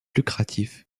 lucratif